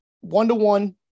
one-to-one